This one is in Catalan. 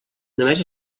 només